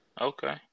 okay